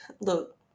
look